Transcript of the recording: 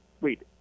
wait